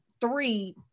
three